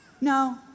no